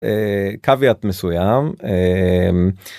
caviat מסוים.